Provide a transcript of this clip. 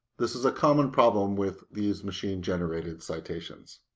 this is a common problem with these machine generated citations.